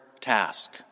task